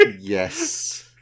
Yes